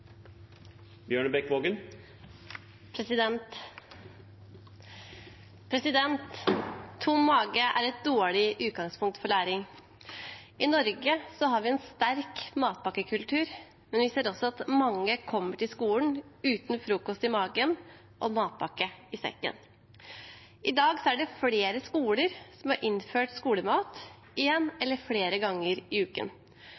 Tom mage er et dårlig utgangspunkt for læring. I Norge har vi en sterk matpakkekultur, men vi ser også at mange kommer til skolen uten frokost i magen og matpakke i sekken. I dag er det flere skoler som har innført skolemat, en